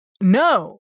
no